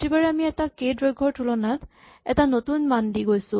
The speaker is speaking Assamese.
প্ৰতিবাৰে আমি এটা কে দৈৰ্ঘ্যৰ টুকুৰাত এটা নতুন মান দি গৈছো